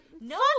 no